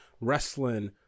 Wrestling